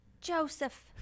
Joseph